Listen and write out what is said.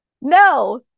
No